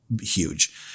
huge